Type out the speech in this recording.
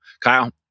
Kyle